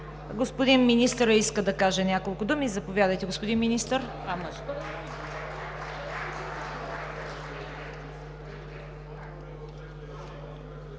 Господин Министърът иска да каже няколко думи. Заповядайте, господин Министър.